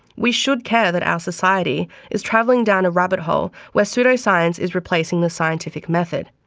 we should care that our society is travelling down a rabbit hole where pseudo-science is replacing the scientific method,